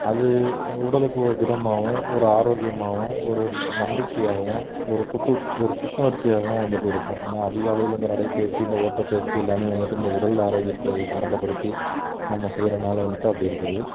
அது உடலுக்கு ஒரு திடமாகவும் ஒரு ஆரோக்கியமாகவும் ஒரு நம்பிக்கையாகவும் ஒரு புத்தூட் ஒரு புத்துணர்ச்சியாகவும் வந்துட்டு இருக்கும் ஏன்னா அதிகாலையில் இந்த நடைப்பயிற்சி இந்த ஓட்டப் பயிற்சி எல்லாமே வந்துட்டு இந்த உடல் ஆரோக்கியத்தை சம்மந்தப்படுத்தி நம்ம செய்கிறனால வந்துட்டு அப்படி இருக்குது